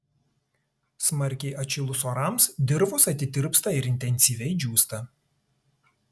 smarkiai atšilus orams dirvos atitirpsta ir intensyviai džiūsta